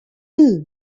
glue